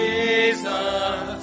Jesus